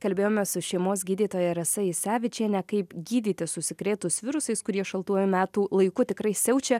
kalbėjomės su šeimos gydytoja rasa isevičiene kaip gydytis užsikrėtus virusais kurie šaltuoju metų laiku tikrai siaučia